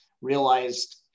realized